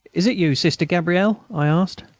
is it you, sister gabrielle? i asked.